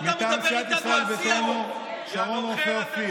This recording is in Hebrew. ואתה מדבר איתנו על שיח?